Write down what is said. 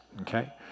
okay